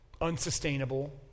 unsustainable